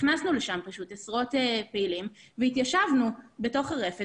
נכנסנו לשם עם עשרות פעילים והתיישבנו בתוך הרפת